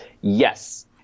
Yes